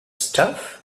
stuff